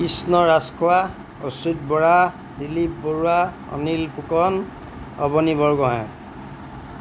Krishna Rajkhowa Achyut Bora Dilip Barua Anil Phukan Abani Borgohain